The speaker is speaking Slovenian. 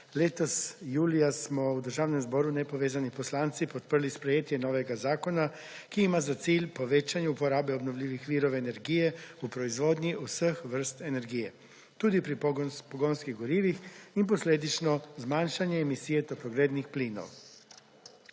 Letos julija smo v Državnem zboru Nepovezani poslanci podprli sprejetje novega zakona, ki ima za cilj povečanje uporabe obnovljivih virov energije v proizvodnji vseh vrst energije tudi pri pogonskih gorivih in posledično zmanjšanje emisije toplogrednih plinov.